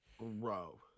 Bro